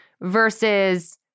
versus